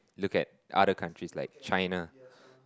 look at other countries like China